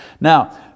Now